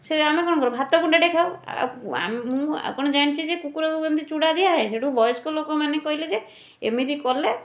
ସେ ଆମେ କ'ଣ କରୁ ଭାତ ଗୁଣ୍ଡାଟେ ଖାଉ ଆଉ ଆମେ ମୁଁ କ'ଣ ଜାଣିଛି ଯେ କୁକୁରକୁ ଏମିତି ଚୁଡ଼ା ଦିଆହୁଏ ସେଇଠୁ ବୟସ୍କଲୋକ ମାନେ କହିଲେ ଯେ ଏମିତି କଲେ